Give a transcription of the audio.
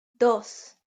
dos